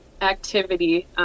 activity